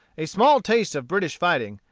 a small taste of british fighting,